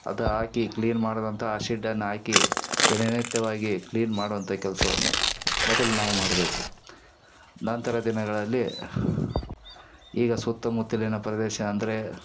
ಅದು ಹಾಕಿ ಕ್ಲೀನ್ ಮಾಡಿದಂಥ ಆಶಿಡ್ದನ್ನು ಹಾಕಿ ದಿನನಿತ್ಯವಾಗಿ ಕ್ಲೀನ್ ಮಾಡುವಂಥ ಕೆಲವವನ್ನು ಮೊದಲು ನಾವು ಮಾಡಬೇಕು ನಂತರ ದಿನಗಳಲ್ಲಿ ಈಗ ಸುತ್ತಮುತ್ತಲಿನ ಪ್ರದೇಶ ಅಂದರೆ